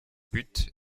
put